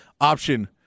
option